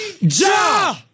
Ja